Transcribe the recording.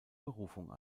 berufung